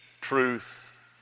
truth